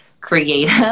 creative